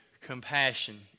compassion